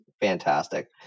fantastic